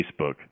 Facebook